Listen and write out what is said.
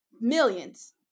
millions